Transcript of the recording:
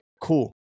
Cool